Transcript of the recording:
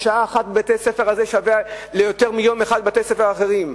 ששעה אחת בבית-הספר הזה שווה ליותר מיום אחד בבתי-ספר אחרים.